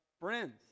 friends